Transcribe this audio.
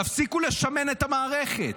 תפסיקו לשמן את המערכת.